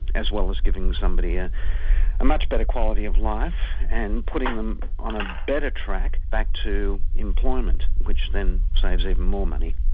as well as giving somebody and a much better quality of life and putting them on a better track back to employment, which then saves even more money.